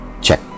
check